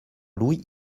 louis